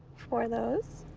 for those.